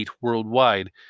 worldwide